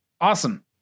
Awesome